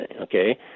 okay